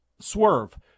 swerve